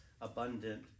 abundant